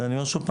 ואני אומר שוב,